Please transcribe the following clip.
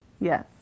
yes